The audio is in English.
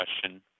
question